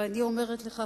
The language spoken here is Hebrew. ואני אומרת לך,